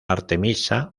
artemisa